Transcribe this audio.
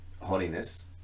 holiness